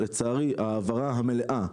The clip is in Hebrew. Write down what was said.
הישיבה ננעלה בשעה